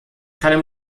kann